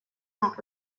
not